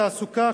התעסוקה,